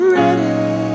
ready